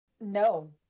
No